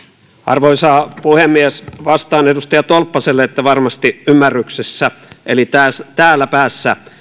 arvoisa puhemies vastaan edustaja tolppaselle että varmasti ymmärryksessä eli täällä päässä